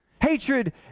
Hatred